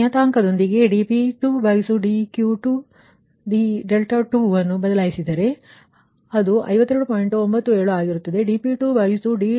ಈ ನಿಯತಾಂಕದೊಂದಿಗೆ dp2d2 d2 ಬದಲಾಯಿಸಿದರೆ ಅದು 52